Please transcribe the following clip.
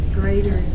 greater